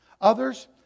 Others